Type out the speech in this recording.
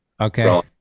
Okay